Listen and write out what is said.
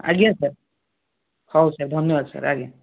ଆଜ୍ଞା ସାର୍ ହଉ ସାର୍ ଧନ୍ୟବାଦ ସାର୍ ଆଜ୍ଞା